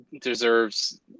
deserves